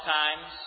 times